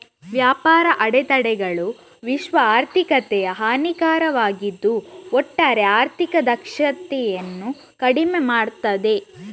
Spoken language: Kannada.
ವ್ಯಾಪಾರ ಅಡೆತಡೆಗಳು ವಿಶ್ವ ಆರ್ಥಿಕತೆಗೆ ಹಾನಿಕಾರಕವಾಗಿದ್ದು ಒಟ್ಟಾರೆ ಆರ್ಥಿಕ ದಕ್ಷತೆಯನ್ನ ಕಡಿಮೆ ಮಾಡ್ತದೆ